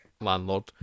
landlord